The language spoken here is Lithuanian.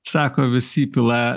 sako vis įpila